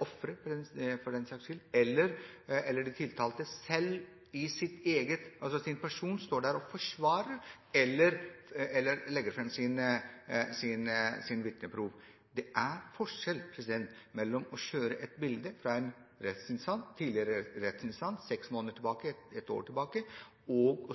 ofre for den saks skyld, eller tiltalte selv som i egen person står der og forsvarer seg eller legger fram sitt vitneprov. Det er forskjell på å kjøre et bilde fra en tidligere rettsinstans, seks måneder tilbake, et år tilbake, og